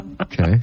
Okay